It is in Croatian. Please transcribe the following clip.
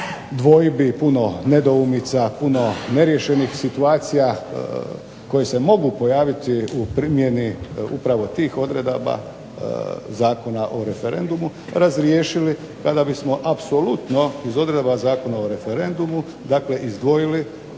dvojbi, puno nedoumica, puno neriješenih situacija koje se mogu pojaviti u primjeni upravo tih odredaba Zakona o referendumu razriješili kada bismo apsolutno iz odredaba Zakona o referendumu dakle izdvojili